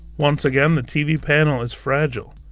once again the tv panel is fragile,